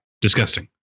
Disgusting